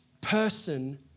person